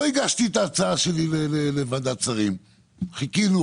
הגשתי את ההצעה שלי לוועדת שרים ובאמת חיכינו,